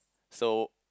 so